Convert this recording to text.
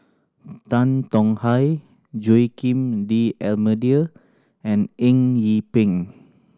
Tan Tong Hye Joaquim D'Almeida and Eng Yee Peng